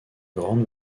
grande